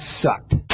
sucked